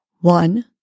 One